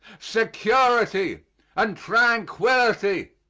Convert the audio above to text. security and tranquillity.